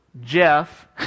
Jeff